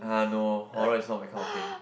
!huh! no horror is not my kind of thing